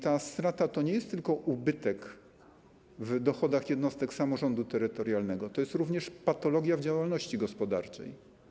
Ta strata to nie jest tylko ubytek w dochodach jednostek samorządu terytorialnego, to jest również patologia w działalności gospodarczej.